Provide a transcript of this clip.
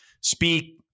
speak